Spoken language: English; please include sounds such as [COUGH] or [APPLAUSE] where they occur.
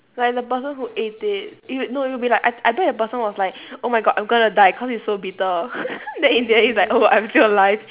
like the person who eat it you no you'll be like I I bet the person was like oh my god I'm gonna die cause it's so bitter [LAUGHS] then in the end he's like oh I'm still alive